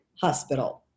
hospital